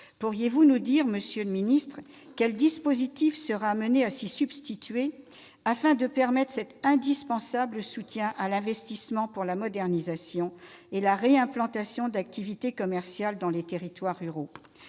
Pourriez-vous nous dire, monsieur le ministre, quel dispositif sera amené à s'y substituer, afin de permettre cet indispensable soutien à l'investissement pour la modernisation et la réimplantation d'activités commerciales dans les territoires ruraux ?